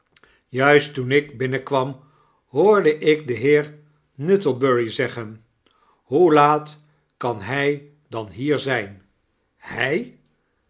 juist toen ik binnenkwam hoorde ik den heer nuttlebury zeggen hoe laat kan hy dan hier zyn